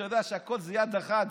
אתה יודע שהכול זה יד אחת,